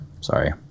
Sorry